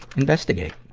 investigate.